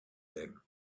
them